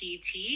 PT